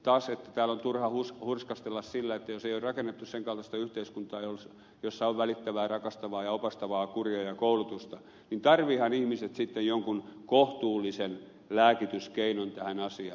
täällä on turha hurskastella sillä että jos ei ole rakennettu sen kaltaista yhteiskuntaa jossa on välittävää rakastavaa ja opastavaa kuria ja koulutusta niin tarvitsevathan ihmiset sitten jonkun kohtuullisen lääkityskeinon tähän asiaan